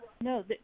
no